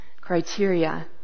criteria